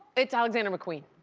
it's alexander mcqueen.